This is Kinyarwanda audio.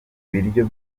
ibiryo